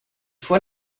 fois